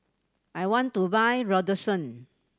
I want to buy Redoxon